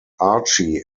archie